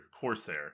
Corsair